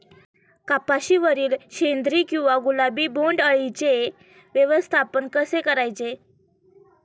कपाशिवरील शेंदरी किंवा गुलाबी बोंडअळीचे व्यवस्थापन कसे करायचे?